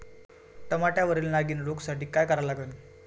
टमाट्यावरील नागीण रोगसाठी काय करा लागन?